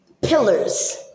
pillars